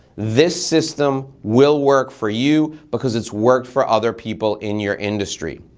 this system will work for you because it's worked for other people in your industry.